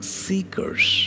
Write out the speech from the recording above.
seekers